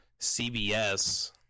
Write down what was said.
CBS